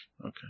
okay